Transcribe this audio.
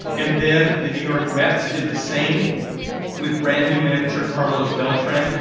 and then the new york mets did the same with brand-new manager carlos beltran.